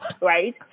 right